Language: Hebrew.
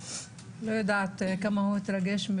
אני לא יודעת עד כמה הוא התרגש,